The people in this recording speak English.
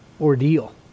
ordeal